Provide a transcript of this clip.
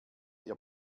ihr